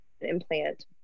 implant